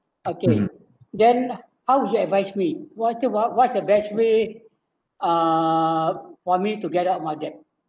okay then how would you advice me what the what what's the best way uh for me to get out of my debt